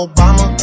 Obama